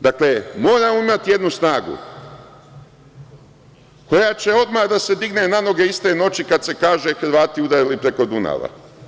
Dakle, moramo imati jednu snagu koja će odmah da se digne na noge iste noći kada se kaže – Hrvati udarili preko Dunava.